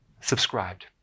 subscribed